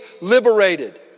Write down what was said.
liberated